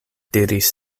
diris